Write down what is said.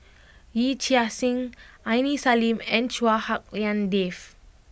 Yee Chia Hsing Aini Salim and Chua Hak Lien Dave